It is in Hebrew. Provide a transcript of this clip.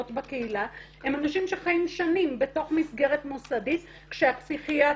בקהילה אם אנשים שחיים שנים בתוך מסגרת מוסדית כשהפסיכיאטר,